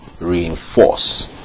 reinforce